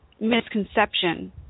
misconception